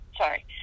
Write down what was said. Sorry